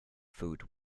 food